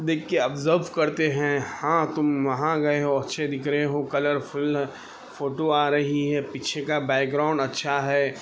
دیکھ کے آبزرو کرتے ہیں ہاں تم وہاں گیے ہو اچھے دکھ رہے ہو کلرفل فوٹو آ رہی ہے پیچھے كا بیک گراؤنڈ اچھا ہے